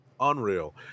unreal